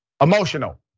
emotional